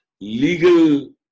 legal